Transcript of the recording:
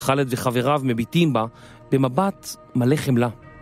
ח'לד וחבריו מביטים בה במבט מלא חמלה.